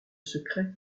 secret